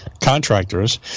contractors